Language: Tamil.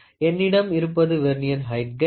என்னிடம் இருப்பது வெர்னியர் ஹைட் காஜ்